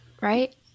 right